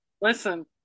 listen